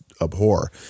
abhor